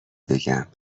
بگم